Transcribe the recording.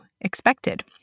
expected